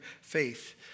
faith